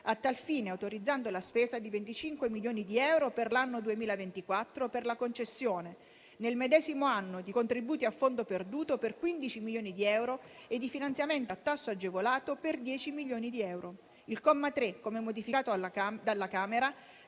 A tal fine è autorizzata la spesa di 25 milioni di euro per l'anno 2024 per la concessione, nel medesimo anno, di contributi a fondo perduto per 15 milioni di euro e di finanziamenti a tasso agevolato per 10 milioni di euro. Il comma 3, come modificato dalla Camera,